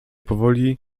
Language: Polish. powoli